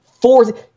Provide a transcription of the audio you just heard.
Four